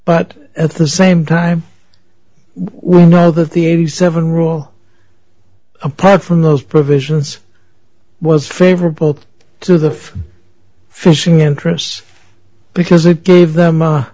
but at the same time well now that the eighty seven row apart from those provisions was favorable to the for fishing interests because it gave them a